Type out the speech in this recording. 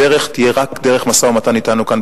הדרך תהיה רק משא-ומתן אתנו כאן,